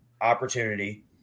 opportunity